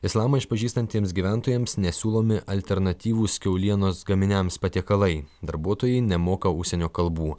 islamą išpažįstantiems gyventojams nesiūlomi alternatyvūs kiaulienos gaminiams patiekalai darbuotojai nemoka užsienio kalbų